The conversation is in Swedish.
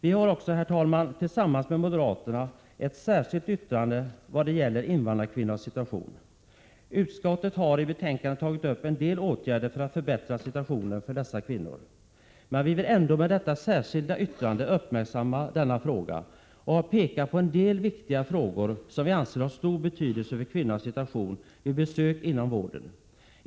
Vi har också, herr talman, tillsammans med moderaterna ett särskilt yttrande om invandrarkvinnornas situation. Utskottet har i betänkandet tagit upp en del åtgärder för att förbättra situationen för dessa kvinnor. Med detta särskilda yttrande vill vi uppmärksamma denna fråga och peka på en del viktiga frågor som har stor betydelse för kvinnornas situation vid besök inom vården.